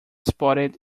spotted